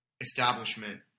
establishment